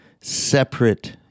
separate